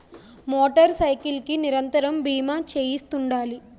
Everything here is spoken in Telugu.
మోటార్ సైకిల్ కి నిరంతరము బీమా చేయిస్తుండాలి